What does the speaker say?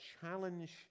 challenge